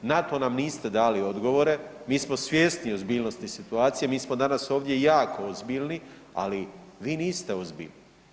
Na to nam niste dali odgovore, mi smo svjesni ozbiljnosti situacije, mi smo danas ovdje jako ozbiljni, ali vi niste ozbiljni.